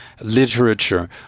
literature